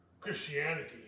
Christianity